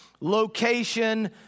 location